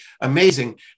Amazing